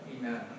Amen